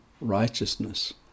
righteousness